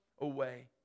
away